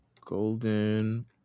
Golden